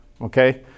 Okay